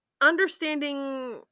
Understanding